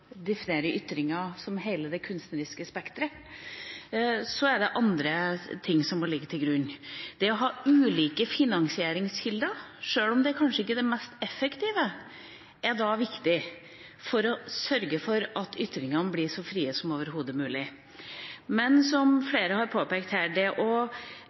definerer ytringer som hele det kunstneriske spekteret, er det andre ting som må ligge til grunn. Det å ha ulike finansieringskilder, sjøl om det kanskje ikke er det mest effektive, er viktig for å sørge for at ytringene blir så frie som overhodet mulig. Men som flere har påpekt her, tar det